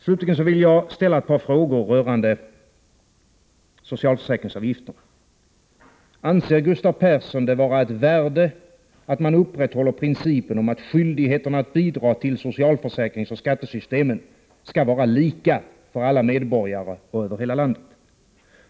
Slutligen vill jag ställa ett par frågor rörande socialförsäkringsavgifterna. För det första: Anser Gustav Persson det vara ett värde att man upprätthåller principen om att skyldigheten att bidra till socialförsäkringsoch skattesystemen skall vara lika för alla medborgare och lika över hela landet?